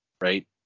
right